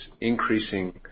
increasing